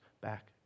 back